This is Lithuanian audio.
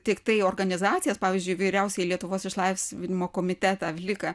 tiktai organizacijas pavyzdžiui vyriausiąjį lietuvos išlaisvinimo komitetą vliką